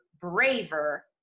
braver